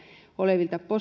olevilta